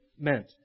meant